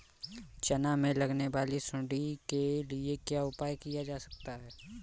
चना में लगने वाली सुंडी के लिए क्या उपाय किया जा सकता है?